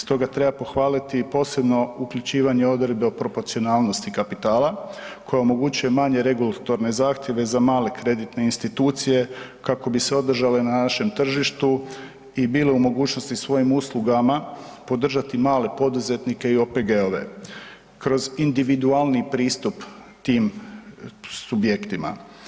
Stoga treba pohvaliti i posebno uključivanje odredbe o proporcionalnosti kapitala koja omogućuje manje regulatorne zahtjeve za male kreditne institucije kako bi se održale na našem tržištu i bile u mogućnosti svojim uslugama podržati male poduzetnike i OPG-ove kroz individualniji pristup tim subjektima.